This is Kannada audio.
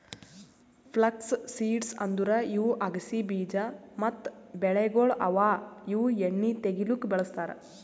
ಫ್ಲಕ್ಸ್ ಸೀಡ್ಸ್ ಅಂದುರ್ ಇವು ಅಗಸಿ ಬೀಜ ಮತ್ತ ಬೆಳೆಗೊಳ್ ಅವಾ ಇವು ಎಣ್ಣಿ ತೆಗಿಲುಕ್ ಬಳ್ಸತಾರ್